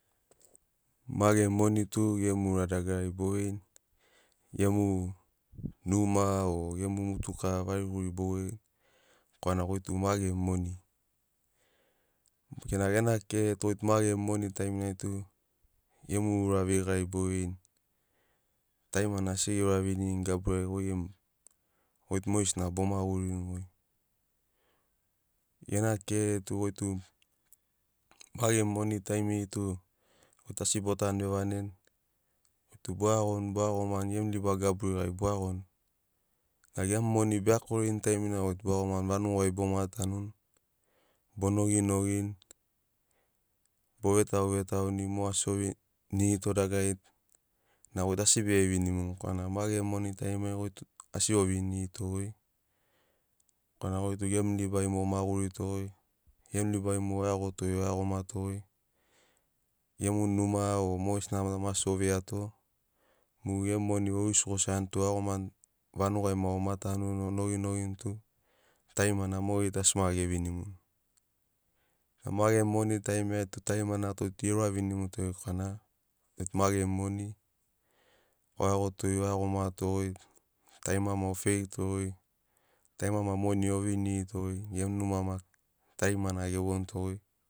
Ma gemu moni tu gemu ura dagarari bo veini gemu numa o gemu motuka variguri bo voini korana goi tu ma gemu moni senagina gena kerere tu goi ma gemu moni taiminai tu gemu ura veigari bo veini tarimana asi genravini baguri ai goi gemu goi tu mogesina bo magurini. Gena kerere tu goi tu ma gemu taimiri ai tu goi tu asi bo tanu vevaneni goi tu bo iagoni bo iagomani gemu liba gaburi gari bo iagoni a gemu moni beakorini taimiri ai goi tub o iagomani vanugai bomatanuni. Bo nogi nogini bo vetau vetauni mo asi o vinirito dagararina goi tu asi bege vinimuni korana ma gemu moni taiminai tu goi tu asi o vinirito goi korana goi tu gemu libai mogo o magurito goi gemu libai mogo o iagoto goi o iagomato goi gemu numa o mogesina maki ta asi oveiato mu gemu moni o iusi gosiani tu o iagomani vanugai ma omatanuni o nogi nogini tu tarimana mogeri tu asi ma gevinimuni ema gemu moni taiminai tu tarimana goi tug e uravinimuto goi korana ma gemu moni o iagoto goi o iagomato goi tarima mako o feirito goi tarima maki moni ovinirito goi gemu numa maki tarimana evonuto goi.